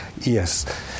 Yes